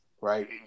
Right